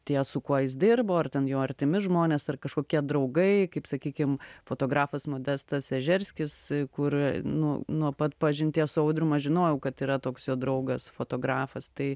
tie su kuo jis dirbo ar ten jo artimi žmonės ar kažkokie draugai kaip sakykim fotografas modestas ežerskis kur nu nuo pat pažinties su audrium aš žinojau kad yra toks jo draugas fotografas tai